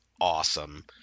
awesome